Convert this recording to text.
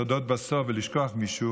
במקום שאני אגיד את התודות בסוף ואשכח מישהו,